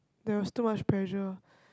there was too much pressure